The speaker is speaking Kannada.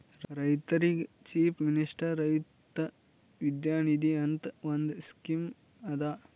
ರೈತರಿಗ್ ಚೀಫ್ ಮಿನಿಸ್ಟರ್ ರೈತ ವಿದ್ಯಾ ನಿಧಿ ಅಂತ್ ಒಂದ್ ಸ್ಕೀಮ್ ಅದಾ